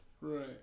right